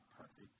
perfect